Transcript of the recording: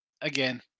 Again